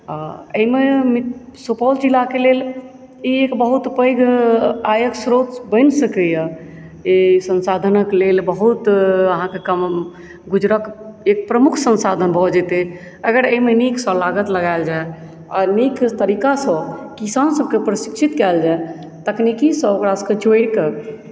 आओर एहिमे सुपौल जिलाके लेल ई एक बहुत पैघ आयक स्रोत बनि सकैए ई संसाधनक लेल बहुत अहाँके गुजरक एक प्रमुख संसाधन भऽ जेतै अगर एहिमे नीकसँ लागत लगायल जाय आओर नीक तरीकासँ किसानसभकेँ प्रशिक्षित कयल जाय तकनीकीसँ ओकरासभकेँ जोड़िके